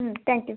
ಹ್ಞೂ thank you